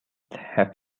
have